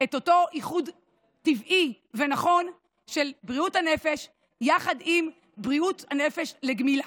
את אותו איחוד טבעי ונכון של בריאות הנפש יחד עם בריאות הנפש לגמילה.